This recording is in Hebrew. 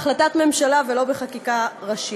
בהחלטת ממשלה ולא בחקיקה ראשית.